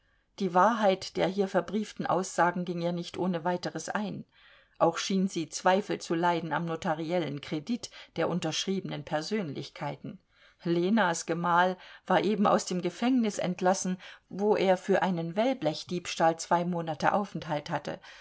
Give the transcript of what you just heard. die wahrheit der hier verbrieften aussagen ging ihr nicht ohne weiteres ein auch schien sie zweifel zu leiden am notariellen kredit der unterschriebnen persönlichkeiten lenas gemahl war eben aus dem gefängnis entlassen wo er für einen wellblechdiebstahl zwei monate aufenthalt hatte